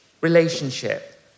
relationship